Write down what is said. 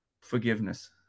forgiveness